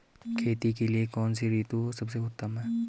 खेती के लिए कौन सी ऋतु सबसे उत्तम है?